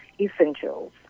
Essentials